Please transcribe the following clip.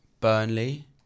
Burnley